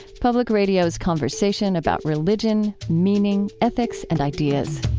public radio's conversation about religion, meaning, ethics, and ideas.